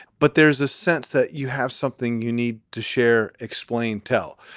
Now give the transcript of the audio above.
but there's a sense that you have something you need to share. explain, tell.